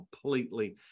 completely